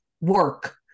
work